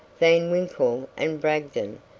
van winkle and bragdon,